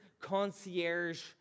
concierge